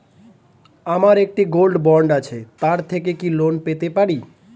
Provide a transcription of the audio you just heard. আমার একটি gold bond আছে তার থেকে কি লোন পেতে পারি?